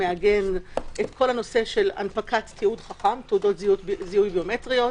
מעגן את כל הנושא של תעודות זיהוי ביומטריות